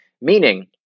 meaning